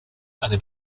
einem